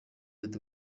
ati